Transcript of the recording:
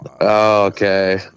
okay